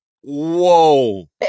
Whoa